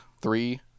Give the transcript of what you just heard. Three